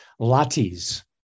lattes